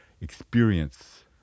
experience